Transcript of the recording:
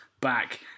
back